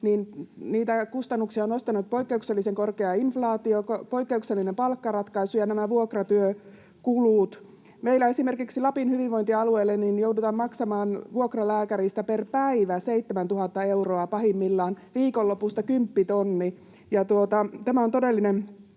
niitä kustannuksia on nostanut poikkeuksellisen korkea inflaatio, poikkeuksellinen palkkaratkaisu ja nämä vuokratyökulut. Meillä esimerkiksi Lapin hyvinvointialueella joudutaan maksamaan vuokralääkäristä pahimmillaan 7 000 euroa per päivä, viikonlopusta kymppitonni, ja tämä on todellinen